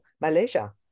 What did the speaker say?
Malaysia